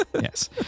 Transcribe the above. Yes